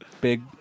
big